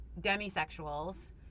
demisexuals